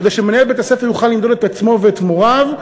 כדי שמנהל בית-הספר יוכל למדוד את עצמו ואת מוריו,